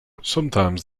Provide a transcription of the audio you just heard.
sometimes